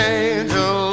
angel